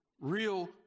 real